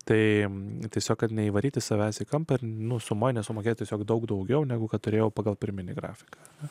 tai tiesiog neįvaryti savęs į kampą ir nuo suma nesumokėti tiesiog daug daugiau negu kad turėjau pagal pirminį grafiką